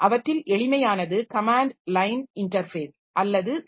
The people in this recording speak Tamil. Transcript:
அவற்றில் எளிமையானது கமேன்ட் லைன் இன்டர்ஃபேஸ் அல்லது சி